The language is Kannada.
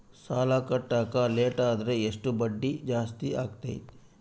ಸಾಲ ಕಟ್ಟಾಕ ಲೇಟಾದರೆ ಎಷ್ಟು ಬಡ್ಡಿ ಜಾಸ್ತಿ ಆಗ್ತೈತಿ?